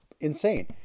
insane